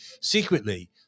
secretly